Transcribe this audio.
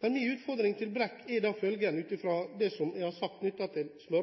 Min utfordring til Brekk er da følgende – ut fra det jeg har sagt knyttet til